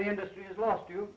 the industry has lost you